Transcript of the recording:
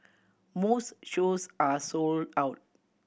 most shows are sold out